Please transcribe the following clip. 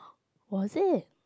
was it